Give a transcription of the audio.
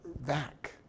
back